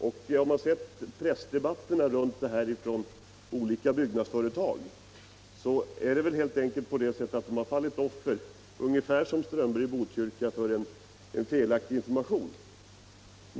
De byggnadsföretag = Nr 28 som uttalat sig i pressdebatten har helt enkelt, i likhet med herr Ström Fredagen den berg i Botkyrka, fallit offer för en felaktig information.